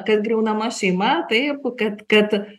kad griaunama šeima taip kad kad